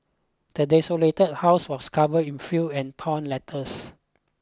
the desolated house was covered in fill and torn letters